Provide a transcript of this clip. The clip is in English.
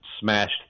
smashed